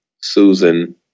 Susan